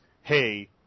hey